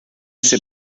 este